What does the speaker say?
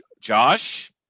Josh